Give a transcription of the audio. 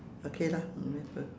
okay lah whatever